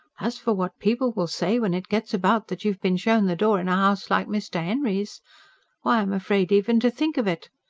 as for what people will say when it gets about that you've been shown the door in a house like mr. henry's why, i'm afraid even to think of it!